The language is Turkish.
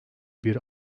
bir